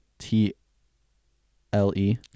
T-L-E